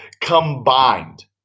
combined